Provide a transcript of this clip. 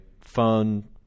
phone